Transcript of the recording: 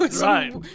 Right